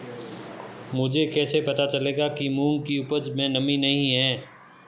मुझे कैसे पता चलेगा कि मूंग की उपज में नमी नहीं है?